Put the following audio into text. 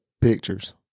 pictures